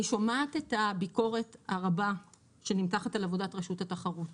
אני שומעת את הביקורת הרבה שנמתחת על עבודת רשות התחרות,